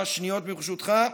עוד כמה שניות, ברשותך.